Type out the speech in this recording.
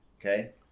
Okay